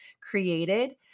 created